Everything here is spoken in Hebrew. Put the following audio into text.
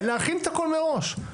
להכין את הכל מראש,